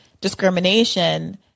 discrimination